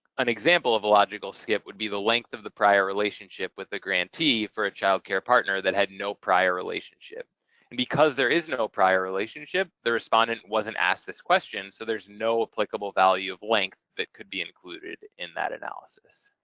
an example of a logical skip would be the length of the prior relationship with the grantee for a child care partner that had no prior relationship. and because there is no prior relationship the respondent wasn't asked this question so there's no applicable value of length that could be included in that analysis.